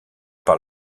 par